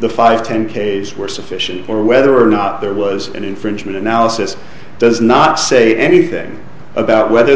the five ten ks were sufficient or whether or not there was an infringement analysis does not say anything about whether